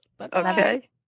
Okay